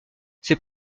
ces